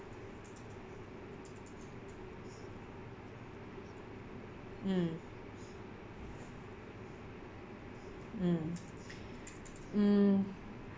mm mm mm